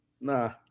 Nah